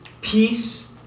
peace